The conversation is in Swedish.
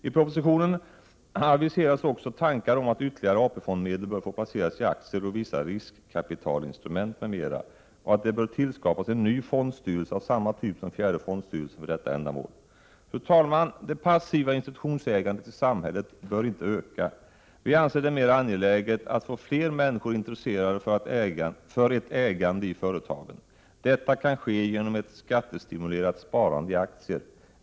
I propositionen aviseras också tankar om att ytterligare AP-fondmedel bör få placeras i aktier och i vissa riskkapitalinstrument m.m. och att det bör tillskapas en ny fondstyrelse av samma typ som fjärde fondstyrelsen för detta ändamål. Fru talman! Det passiva institutionsägandet i samhället bör inte öka. Vi anser det mer angeläget att få fler människor intresserade för ett ägande i företagen. Detta kan ske genom ett skattestimulerat sparande i aktier.